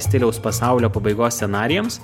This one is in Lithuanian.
stiliaus pasaulio pabaigos scenarijams